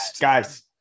guys